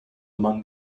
among